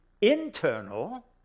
internal